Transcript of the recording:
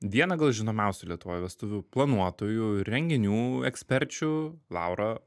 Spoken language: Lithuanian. vieną gal žinomiausių lietuvoj vestuvių planuotojų ir renginių eksperčių laurą